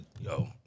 Yo